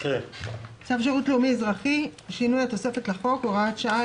"צו שירות לאומי-אזרחי (שינוי התוספת לחוק)(הוראת שעה),